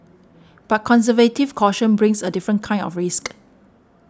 but conservative caution brings a different kind of risk